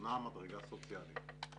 התחתונה מדרגה סוציאלית.